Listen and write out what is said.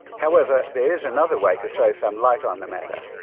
however, there is another way to throw some light on the matter.